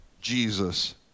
Jesus